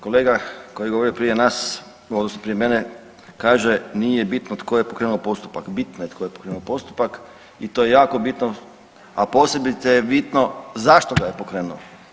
Kolega koji je govorio prije nas odnosno prije mene kaže nije bitno tko je pokrenuo postupak, bitno je tko je pokrenuo postupak i to je jako bitno, a posebice je bitno zašto ga je pokrenuo.